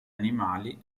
animali